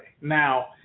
Now